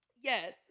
yes